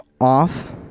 off